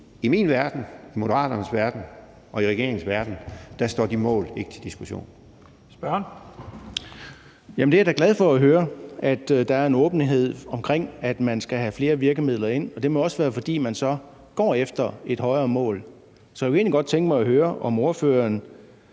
næstformand (Leif Lahn Jensen): Spørgeren. Kl. 11:46 Søren Egge Rasmussen (EL): Jamen jeg er da glad for at høre, at der er en åbenhed omkring, at man skal have flere virkemidler ind, og det må også være, fordi man så går efter et højere mål. Så jeg kunne egentlig godt tænke mig at høre, om ordføreren